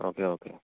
okay okay